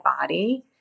body